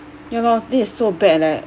ya lor this so bad leh